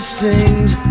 sings